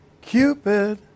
Cupid